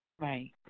Right